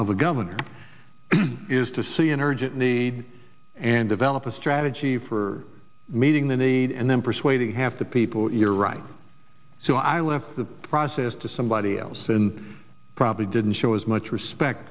of a governor is to see an urgent need and develop a strategy for meeting the need and then persuading half the people you're right so i left the process to somebody else in probably didn't show as much respect